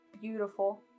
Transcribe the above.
Beautiful